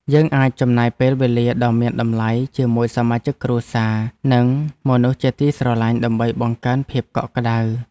យើងអាចចំណាយពេលវេលាដ៏មានតម្លៃជាមួយសមាជិកគ្រួសារ និងមនុស្សជាទីស្រឡាញ់ដើម្បីបង្កើនភាពកក់ក្តៅ។